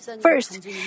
First